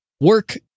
work